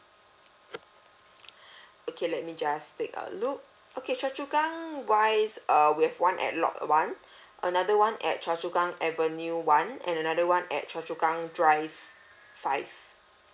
okay let me just take a look okay choa chu kang wise uh we have one at lot one another one at choa chu kang avenue one and another one at choa chu kang drive five